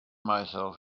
myself